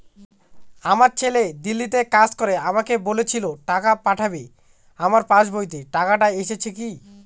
আমার ছেলে দিল্লীতে কাজ করে আমাকে বলেছিল টাকা পাঠাবে আমার পাসবইতে টাকাটা এসেছে কি?